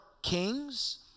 kings